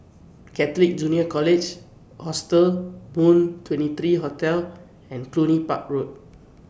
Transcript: Catholic Junior College Hostel Moon twenty three Hotel and Cluny Park Road